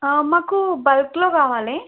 మాకు బల్క్లో కావాలి